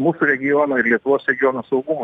mūsų regiono ir lietuvos regiono saugumui